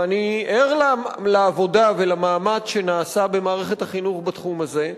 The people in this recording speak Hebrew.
ואני ער לעבודה ולמאמץ שנעשים במערכת החינוך בתחום הזה,